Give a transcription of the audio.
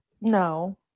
No